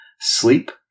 sleep